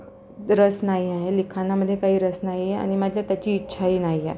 रस नाही आहे लिखाणामधे काही रस नाही आहे आणि माझ्या त्याची इच्छाही नाही आहे